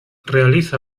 realiza